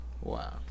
Wow